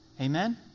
Amen